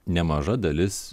nemaža dalis